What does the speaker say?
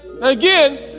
Again